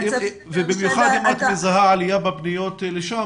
ובמיוחד אם את מזהה עלייה בפניות לשם